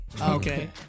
Okay